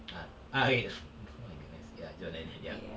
ah ah okay oh my goodness ya john lennon ya